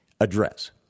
address